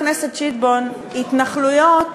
חבר הכנסת שטבון, התנחלויות